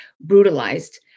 brutalized